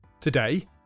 Today